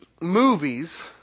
movies